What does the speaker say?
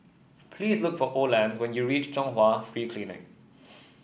please look for Oland when you reach Chung Hwa Free Clinic